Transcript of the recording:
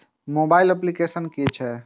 Mobile application कि छै?